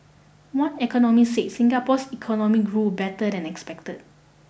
one economist said Singapore's economy grew better than expected